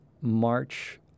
March